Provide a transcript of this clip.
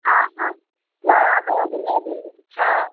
हा हा ॻाढ़ा अथव गुलाबी अछा